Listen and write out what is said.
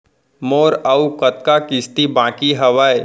मोर अऊ कतका किसती बाकी हवय?